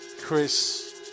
Chris